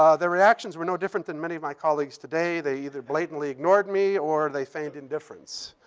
ah their reactions were no different than many of my colleagues today. they either blatantly ignored me or they feigned indifference.